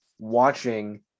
watching